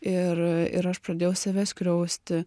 ir ir aš pradėjau save skriausti